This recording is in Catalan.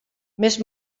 més